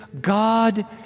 God